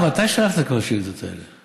מתי שלחת את כל השאילתות האלה?